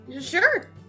Sure